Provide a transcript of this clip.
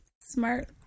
smart